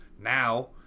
now